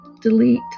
delete